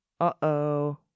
uh-oh